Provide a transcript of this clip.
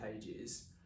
pages